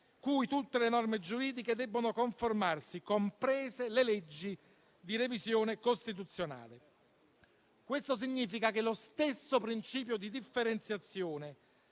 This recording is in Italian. cui tutte le norme giuridiche debbono conformarsi, comprese le leggi di revisione costituzionale. Questo significa che lo stesso principio di differenziazione